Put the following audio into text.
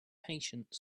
patient